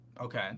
Okay